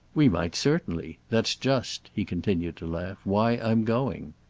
we might certainly. that's just he continued to laugh why i'm going.